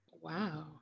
wow